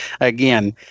again